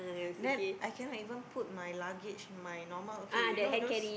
then I cannot even put my luggage my normal okay you know those